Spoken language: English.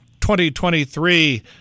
2023